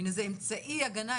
עם איזה אמצעי הגנה,